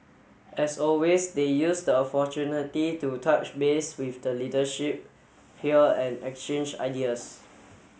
as always they used the opportunity to touch base with the leadership here and exchange ideas